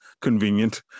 convenient